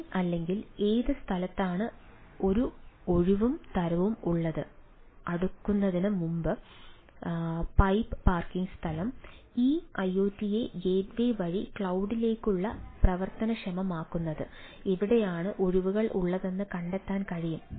lane അല്ലെങ്കിൽ ഏത് സ്ഥലത്താണ് ഒരു ഒഴിവും തരവും ഉള്ളത് അടുക്കുന്നതിന് മുമ്പ് പൈപ്പ് പാർക്കിംഗ് സ്ഥലം ഈ ഐഒടിയെ ഗേറ്റ്വേ വഴി ക്ലൌഡിലേക്കുള്ള പ്രവർത്തനക്ഷമമാക്കുന്നത് എവിടെയാണ് ഒഴിവുകൾ ഉള്ളതെന്ന് കണ്ടെത്താൻ കഴിയും